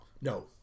No